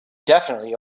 definitely